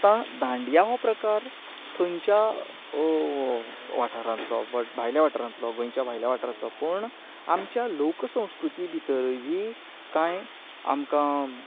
आतां दांडिया हो प्रकार थंयच्या वाठारांतलो भायल्या वाटारांतलो गोंयच्या भायल्या वाठारांतलो पूणन आमच्या लोकसंस्कृती भितरय बी कांय आमकां